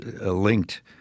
linked